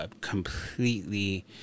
completely